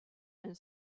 and